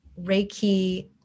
Reiki